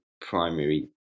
primary